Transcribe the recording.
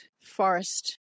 forest